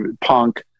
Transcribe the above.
punk